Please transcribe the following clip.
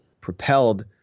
propelled